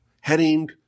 heading